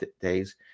days